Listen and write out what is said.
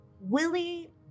Willie